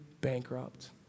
bankrupt